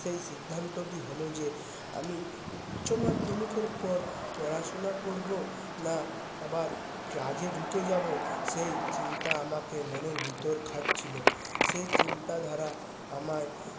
সেই সিদ্ধান্তটি হল যে আমি উচ্চ মাধ্যমিকের পর পড়াশুনা করবো না আবার কাজে ঢুকে যাবো সেই চিন্তা আমাকে মনের ভিতর খাচ্ছিলো সেই চিন্তাধারা আমায়